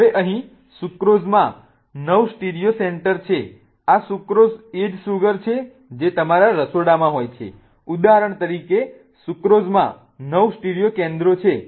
હવે અહીં સુક્રોઝ માં 9 સ્ટીરિયો સેન્ટર છે આ સુક્રોઝ એ જ સુગર છે જે તમારા રસોડામાં હોય છે ઉદાહરણ તરીકે સુક્રોઝમાં 9 સ્ટીરિયો કેન્દ્રો છે